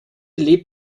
lebt